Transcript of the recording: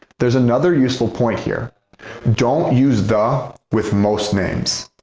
there's another useful point here don't use the with most names.